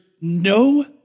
no